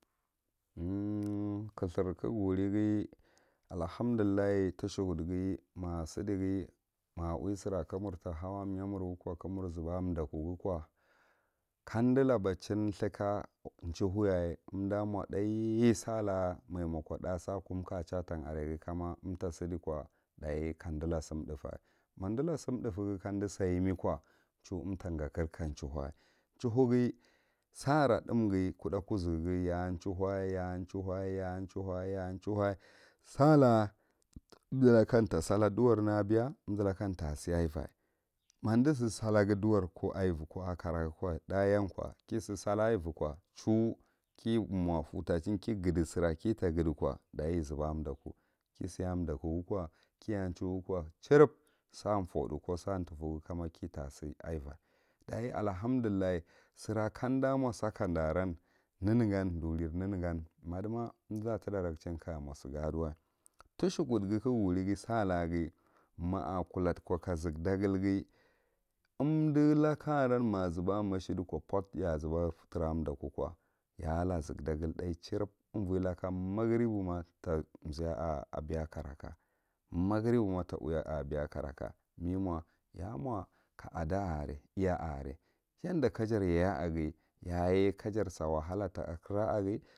kahhur ka ga wurigh allahamdullah tushekud ghi ma sidi ghi ma auwi cira ka mur ta hau a ko thy murgha ko ka mur zuba ctagu ko kamdu labadiichin thurka ma chauhuyaye unda thaiye saluki maja mo ko tha sakunkachatan are ghi kama umta sidi ko dachi kam dila sun thufe ma undala sum. Thufeghi kandu sa imi ko chue undi tagakir ka chauhu, chauhufhi sara thimghi kudda kuzughi y a charhu ya a chauhu ya a chauhu ya a chauhu salaka umdu lakan ta salllah ɗanwarne abeya umdulakan tasi ava madi zin sallah ghi ɗuwar thuh yan know ko ava ko chuw ki mo puwta chin kiguch fir akita gudiko dachi yezuba ako dukuku kisiye a dakkunako kiya cheuhu chirib sa farthu ko satufu kama kitasi ava ɗaye allahandullah sira kamɗa mo sakan da aran nenegan duuriye nenegan madima undira tita rakechin kaja mo sighi aduwa tisukudghi kaga wurighi salaghi ma a kuludko ka zikdaglghi umdi laka wran ma zuba mashed ko put ya zuba tira ɗakko ya ala zik dagle tha chirib uvo laka magripa ma ta ziya ubeya karaka, ma grifu ina ta uya a akokaraka, me mo yam o ka adaa are iya a we yaɗɗa ka jar yeye aghi ka jar sa wahala ta kira aghi.